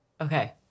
Okay